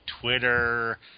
Twitter